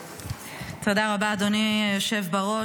תודה רבה, אדוני היושב בראש.